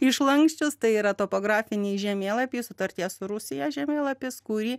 išlanksčius tai yra topografinį žemėlapį sutarties su rusija žemėlapis kurį